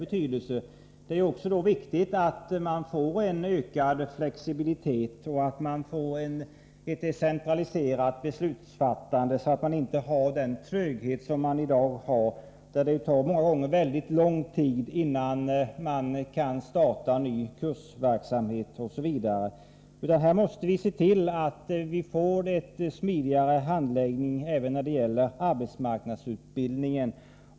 Det är då också viktigt att man får en ökad flexibilitet och ett decentraliserat beslutsfattande för att undvika den tröghet som vi har i dag. Det tar många gånger väldigt lång tid innan man kan starta ny kursverksamhet, osv. Vi måste se till, att vi får en smidigare handläggning även när det gäller arbetsmarknadsutbildningen.